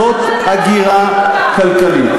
זו הגירה כלכלית.